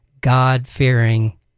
God-fearing